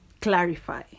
clarify